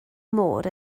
môr